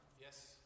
Yes